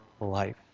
life